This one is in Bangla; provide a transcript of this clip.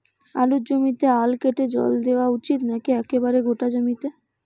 আলুর জমিতে আল কেটে জল দেওয়া উচিৎ নাকি একেবারে গোটা জমিতে?